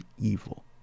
evil